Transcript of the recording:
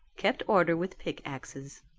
kept order with pickaxes.